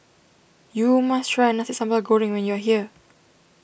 you must try Nasi Sambal Goreng when you are here